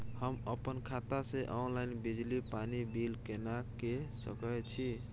हम अपन खाता से ऑनलाइन बिजली पानी बिल केना के सकै छी?